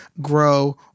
grow